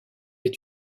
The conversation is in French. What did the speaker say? est